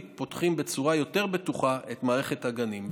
פותחים בצורה יותר בטוחה את מערכת הגנים.